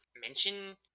mention